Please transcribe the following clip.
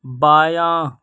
بایاں